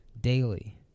Daily